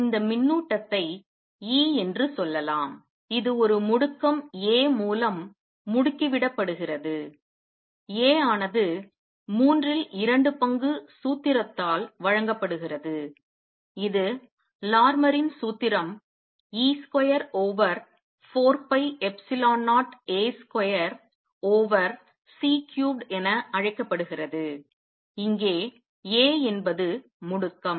இந்த மின்னூட்டத்தை e என்று சொல்லலாம் இது ஒரு முடுக்கம் a மூலம் முடுக்கிவிடப்படுகிறது a ஆனது மூன்றில் இரண்டு பங்கு சூத்திரத்தால் வழங்கப்படுகிறது இது லார்மரின் சூத்திரம் Larmor's formula e square over 4 pi epsilon 0 a square over C cubed என அழைக்கப்படுகிறது இங்கே a என்பது முடுக்கம்